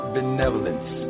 benevolence